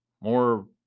more